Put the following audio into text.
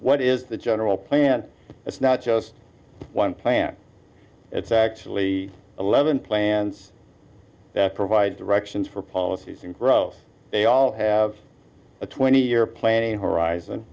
what is the general plan it's not just one plan it's actually eleven plans that provides directions for policies and growth they all have a twenty year planning horizon